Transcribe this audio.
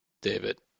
David